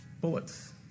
Bullets